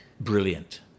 brilliant